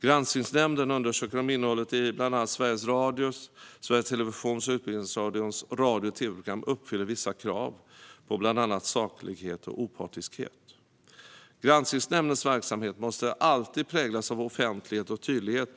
Granskningsnämnden undersöker om innehållet i bland annat Sveriges Radios, Sveriges Televisions och Utbildningsradions radio och tv-program uppfyller vissa krav på bland annat saklighet och opartiskhet. Granskningsnämndens verksamhet måste alltid präglas av offentlighet och tydlighet.